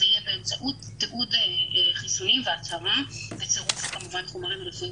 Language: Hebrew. זה יהיה באמצעות תיעוד חיסונים והצהרה בצירוף חומרים רפואיים